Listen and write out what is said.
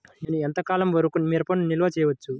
నేను ఎంత కాలం వరకు మిరపను నిల్వ చేసుకోవచ్చు?